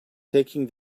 taking